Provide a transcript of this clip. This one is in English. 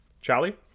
Charlie